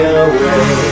away